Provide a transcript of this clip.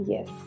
Yes